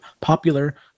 popular